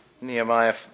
Nehemiah